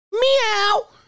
Meow